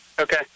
Okay